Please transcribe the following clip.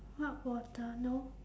what water no